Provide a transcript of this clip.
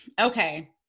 Okay